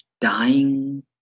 dying